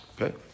Okay